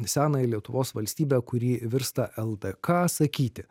senąją lietuvos valstybę kuri virsta ldk sakyti